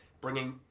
bringing